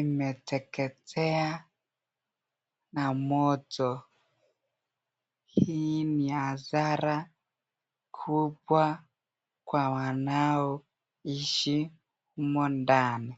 imeteketea na moto. Hii ni hasara kubwa kwa wanao ishi humo ndani.